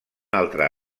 altre